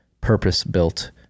purpose-built